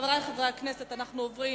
חברי חברי הכנסת, אנחנו עוברים